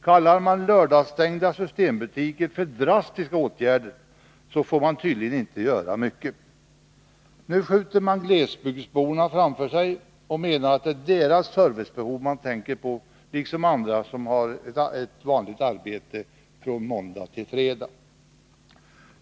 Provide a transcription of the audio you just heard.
Kallar man lördagsstängda systembutiker en drastisk åtgärd, så får man tydligen inte göra mycket. Nu skjuter man glesbygdsborna framför sig och menar att det är deras servicebehov man tänker på, liksom andras som har ett vanligt arbete från 19 måndag till fredag.